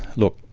look,